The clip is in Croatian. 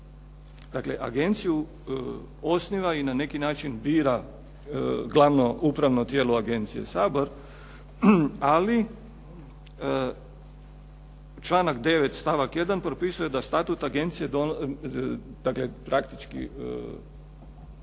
Dakle, agenciju osniva i na neki način bira glavno upravno tijelo agencije Sabor ali članak 9. stavak 1. propisuje da statut agencije, dakle,